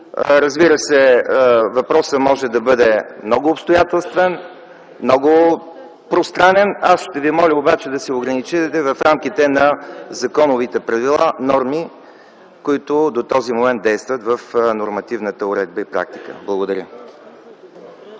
Разбира се, въпросът може да бъде много обстоятелствен, много пространен. Аз ще Ви моля обаче да се ограничите в рамките на законовите правила, норми, които действат до този момент в нормативната уредба и практика. Благодаря.